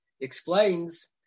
explains